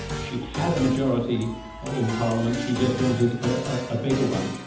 she had a majority ah in parliament. she just wanted a bigger one